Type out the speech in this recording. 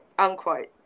Unquote